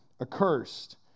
accursed